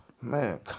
Man